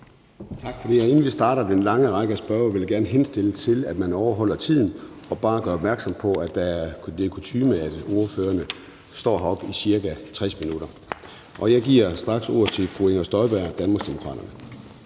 Tak for det. Inden vi starter på den lange række af spørgere, vil jeg gerne henstille til, at man overholder tiden, og bare gøre opmærksom på, at det er blevet kutyme, at ordførerne står heroppe i ca. 60 minutter. Jeg giver straks ordet til fru Inger Støjberg, Danmarksdemokraterne.